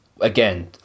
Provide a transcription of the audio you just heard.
Again